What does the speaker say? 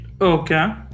Okay